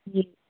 ਹਾਂਜੀ